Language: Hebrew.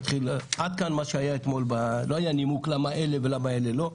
לא היה נימוק למה אלה ולמה אלה לא.